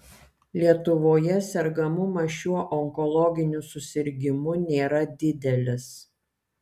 lietuvoje sergamumas šiuo onkologiniu susirgimu nėra didelis